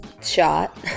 shot